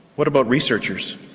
what about researchers?